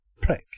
prick